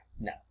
No